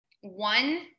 one